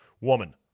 Woman